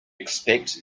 expect